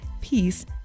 peace